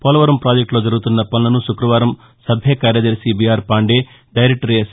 పోలవరం పాజెక్టులో జరుగుతున్న పనులను శుక్రవారం సభ్య కార్యదర్శి బీఆర్ పాండే డైరెక్లర్ ఎస్